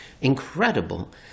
incredible